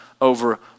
over